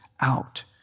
out